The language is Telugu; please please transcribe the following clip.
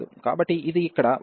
కాబట్టి ఇది ఇక్కడ 1